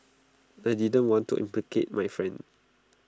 I didn't want to implicate my friend